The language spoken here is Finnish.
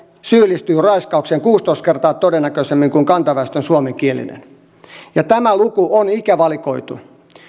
syyllistyy raiskaukseen kuusitoista kertaa todennäköisemmin kuin kantaväestön suomenkielinen tämä luku on ikävakioitu